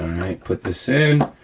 right, put this in,